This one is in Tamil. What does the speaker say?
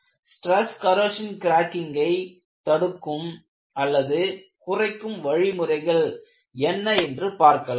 ஸ்ட்ரெஸ் கொரோசின் கிராக்கிங்கை தடுக்கும் அல்லது குறைக்கும் வழிமுறைகள் என்ன என்று பார்க்கலாம்